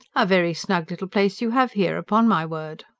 a very snug little place you have here, upon my word!